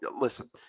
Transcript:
listen